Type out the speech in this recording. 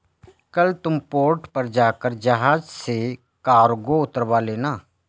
कल तुम पोर्ट पर जाकर जहाज से कार्गो उतरवा लेना